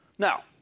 Now